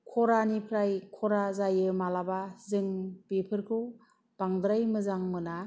खरानिफ्राय खरा जायो मालाबा जों बेफोरखौ बांद्राय मोजां मोना